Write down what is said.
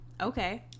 okay